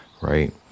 Right